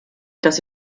dass